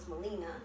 Melina